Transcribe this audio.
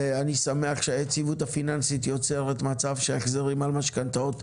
ואני שמח שהיציבות הפיננסית יוצרת מצב שההחזרים על משכנתאות,